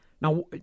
Now